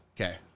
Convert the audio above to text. Okay